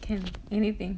can anything